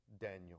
Daniel